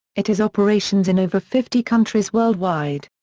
it has operations in over fifty countries worldwide.